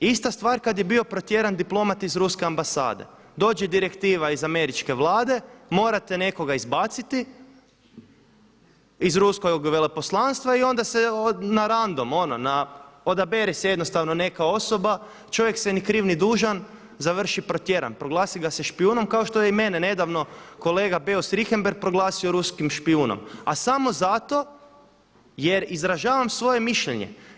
Ista stvar kada je bio protjeran diplomat iz Ruske ambasade, dođe direktiva iz Američke vlade, morate nekoga izbaciti iz Ruskog veleposlanstva i onda se … odabere se jednostavno neka osoba, čovjek se ni kriv ni dužan završi protjeran, proglasi ga se špijunom kao što je i mene nedavno kolega Beus-Richemberhg proglasio ruskim špijunom a samo zato jer izražavam svoje mišljenje.